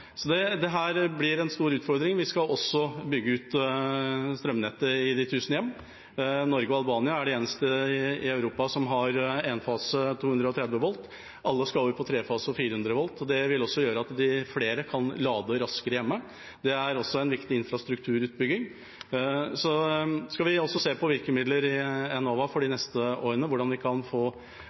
blir en stor utfordring. Vi skal også bygge ut strømnettet i de tusen hjem. Norge og Albania er de eneste i Europa som har énfase 230 volt. Alle skal over på trefase og 400 volt, og det vil gjøre at flere kan lade raskere hjemme. Det er en viktig infrastrukturutbygging. Vi skal også se på virkemidler i Enova for de neste årene – hvordan vi kan få